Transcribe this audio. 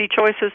choices